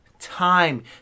Time